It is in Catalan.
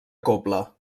cobla